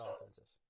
offenses